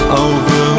over